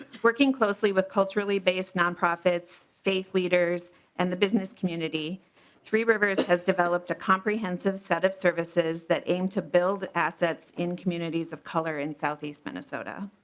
working closely with culturally-based nonprofits faith leaders and the business community three rivers has developed a conference of set of services that aim to build assets in committees of color in southeast minnesota.